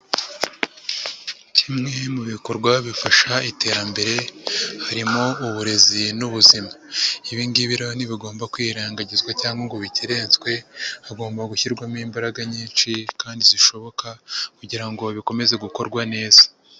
Kimwe mu bikorwa bifasha iterambere harimo uburezi n'ubuzima. Ibi ngibi rero ntibigomba kwirengagizwa cyangwa ngo bikerentswe, hagomba gushyirwamo imbaraga nyinshi kandi zishoboka kugira ngo bikomeze gukorwa neza.